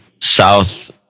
South